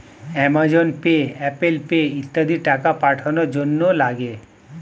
Amazon Pay, Apple Pay ইত্যাদি টাকা পাঠানোর জন্যে লাগে